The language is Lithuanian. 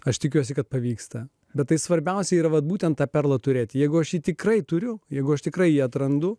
aš tikiuosi kad pavyksta bet tai svarbiausia ir vat būtent tą perlą turėti jeigu aš jį tikrai turiu jeigu aš tikrai jį atrandu